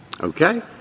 Okay